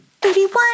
Thirty-one